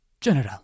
General